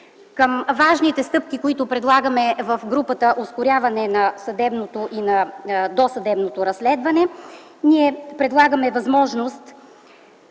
Към важните стъпки, които предлагаме в групата „Ускоряване на съдебното и на досъдебното разследване”, предлагаме възможност